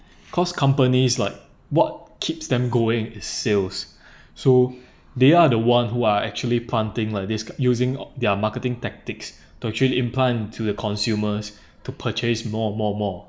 cause companies like what keeps them going is sales so they are the one who are actually planting lah this using their marketing tactics to actually implant to the consumers to purchase more more more